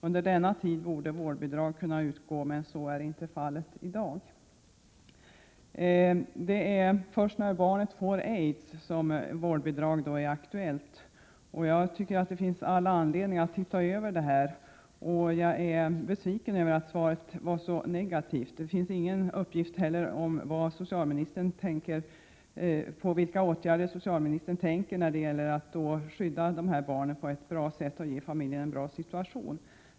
Under denna tid borde vårdbidrag kunna utgå, men så är inte fallet i dag.” Det är alltså först om barnen får aids som vårdbidrag kan bli aktuellt. Jag tycker att det finns all anledning att se över detta, och jag är besviken över att svaret är så negativt. Det finns i svaret inte heller någon uppgift om vilka åtgärder socialministern tänker på när det gäller att skydda dessa barn på ett bra sätt och att ge familjen en bra situation.